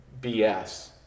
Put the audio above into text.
bs